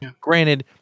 Granted